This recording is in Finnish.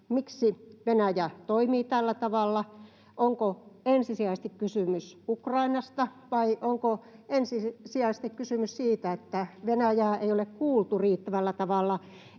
miksi Venäjä toimii tällä tavalla: onko ensisijaisesti kysymys Ukrainasta, vai onko ensisijaisesti kysymys siitä, että Venäjää ei ole kuultu riittävällä tavalla